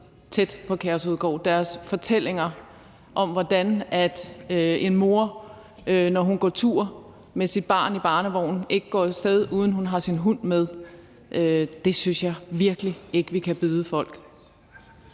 Der var fortællinger om, hvordan en mor, når hun går tur med sit barn i barnevognen, ikke går af sted, uden at hun har sin hund med. Det synes jeg virkelig ikke vi kan byde folk.